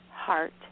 heart